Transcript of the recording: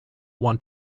want